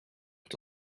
het